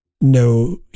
no